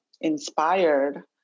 inspired